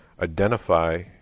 identify